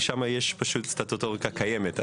כי שם יש סטטוטוריקה קיימת,